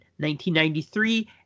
1993